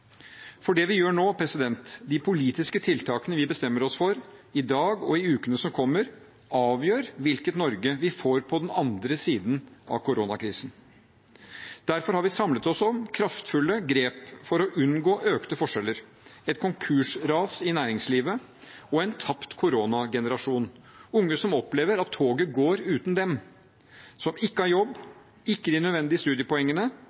For det vi gjør nå, de politiske tiltakene vi bestemmer oss for i dag og i ukene som kommer, avgjør hvilket Norge vi får på den andre siden av koronakrisen. Derfor har vi samlet oss om kraftfulle grep for å unngå økte forskjeller, et konkursras i næringslivet og en tapt koronagenerasjon, unge som opplever at toget går uten dem, som ikke har jobb, ikke de nødvendige studiepoengene,